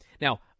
Now